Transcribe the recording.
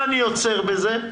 מה אני יוצר בזה?